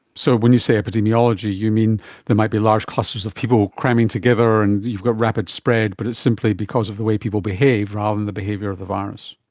so when you say epidemiology, you mean there might be large clusters of people cramming together and you've got rapid spread but it's simply because of the way people behave rather than the behaviour of the virus.